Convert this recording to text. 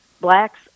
Blacks